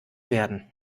werden